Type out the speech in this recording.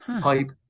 pipe